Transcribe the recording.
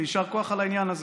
ויישר כוח על העניין הזה.